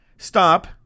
Stop